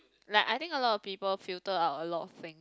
like I think a lot of people filter out a lot of thing